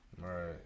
Right